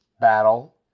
battle